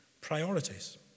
priorities